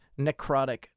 necrotic